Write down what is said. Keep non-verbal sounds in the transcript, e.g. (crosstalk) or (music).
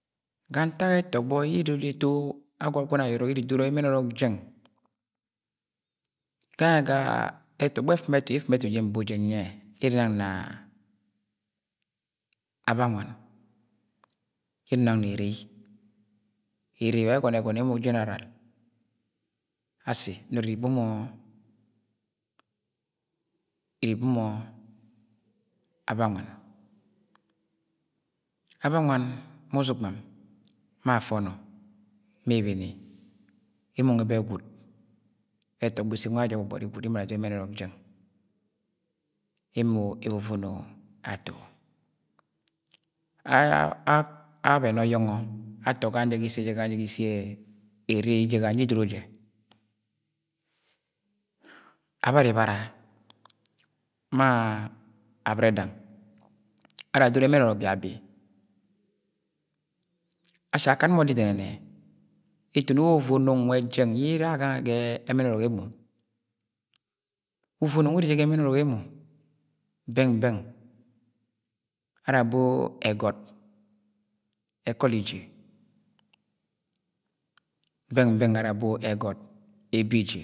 . ga ntak ẹtọgbọ ye (unintelligible) Agwagune ayọrọ iri idoro ẹmẹn ọrọk jẹng. gangẹ ga ẹtọgbọ efimi ẹtu yi nbo jẹ nyiẹ yẹ ere nang na Abawan yẹ ere nang na Erei Erei wa ye ẹgọnọ ẹgọn emo generally. asi nọrọ iri ibo mọ iri ibo mọ Abawan. Abawan ma uzugbam ma Afono ma ibine emo nwẹ be gwud. etogbo ise nwẹ ajẹ gbogbori gwud emo ara adoro ẹmẹn ọrọk jeng emo evọvono ato (hesitation) abẹnẹ ọyọngọ ato gange jẹ ga ise (hesitation) Erei gang jẹ yi idoro jẹ Abaribara ma Abredang ara adoro emen ọrọk biabi. asni akad mọ ọdi dẹnẹnẹ etoni wu uvono nwẹ jẹng ye era ga ẹmẹn ọrọk emo. uvono nwẹ yẹ ere jẹ ga emen ọrọk emo bẹng–beng ara ẹggọt ẹkọl–ije. bẹng–beng ara abo ẹggọt ebi–ije